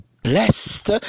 Blessed